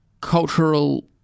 cultural